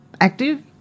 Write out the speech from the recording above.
Active